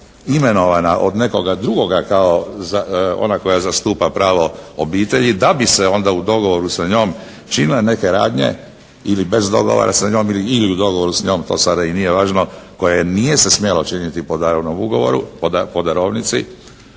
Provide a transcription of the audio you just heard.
imenovana od nekoga drugoga kao ona koja zastupa pravo obitelji da bi se onda u dogovoru sa njom činile neke radnje ili bez dogovora sa njom ili u dogovoru sa njom, to sada i nije važno, koje nije se smjelo činiti po darovnom